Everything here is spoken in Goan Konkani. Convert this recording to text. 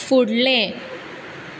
फुडलें